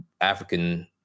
African